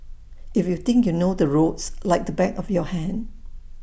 if you think you know the roads like the back of your hand